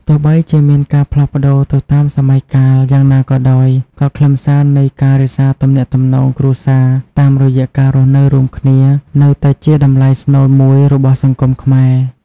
ទោះបីជាមានការផ្លាស់ប្តូរទៅតាមសម័យកាលយ៉ាងណាក៏ដោយ ក៏ខ្លឹមសារនៃការរក្សាទំនាក់ទំនងគ្រួសារតាមរយៈការរស់នៅរួមគ្នា នៅតែជាតម្លៃស្នូលមួយរបស់សង្គមខ្មែរ។